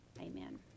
Amen